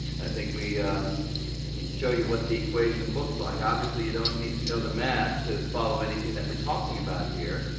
and i think we can and show you what the equation looks like. obviously, you don't need to know the math to follow anything that we're talking about here.